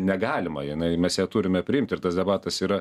negalima jinai mes ją turime priimti ir debatas yra